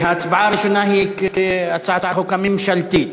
ההצבעה הראשונה היא על הצעת החוק הממשלתית.